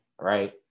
right